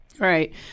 Right